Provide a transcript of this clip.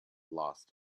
lost